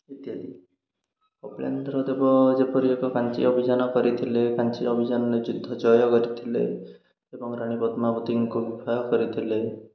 ଇତ୍ୟାଦି କପିଳେନ୍ଦ୍ର ଦେବ ଯେପରି ଏକ କାଞ୍ଚି ଅଭିଯାନ କରିଥିଲେ କାଞ୍ଚି ଅଭିଯାନରେ ଯୁଦ୍ଧ ଜୟ କରିଥିଲେ ଏବଂ ରାଣୀ ପଦ୍ମାବତୀଙ୍କ ବିବାହ କରିଥିଲେ